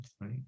right